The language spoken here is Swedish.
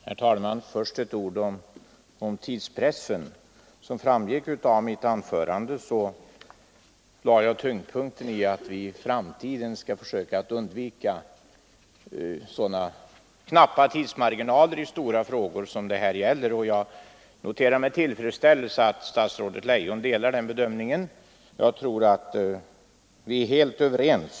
Herr talman! Först ett par ord om tidspressen. Som framgick av mitt anförande lade jag tyngdpunkten på att man i framtiden skall försöka undvika knappa marginaler i sådana stora frågor som det här gäller. Och jag noterar med tillfredsställelse att statsrådet Leijon delar den bedömningen. Jag tror att vi är helt överens.